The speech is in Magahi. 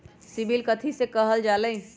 सिबिल कथि के काहल जा लई?